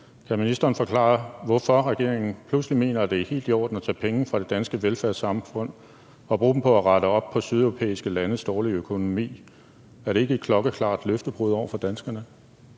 Kan ministeren forklare, hvorfor regeringen pludselig mener, det er helt i orden at tage penge fra det danske velfærdssamfund og bruge dem på at rette op på sydeuropæiske landes dårlige økonomi? Er det ikke et klokkeklart løftebrud over for danskerne?